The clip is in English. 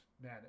Man